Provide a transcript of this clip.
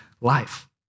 life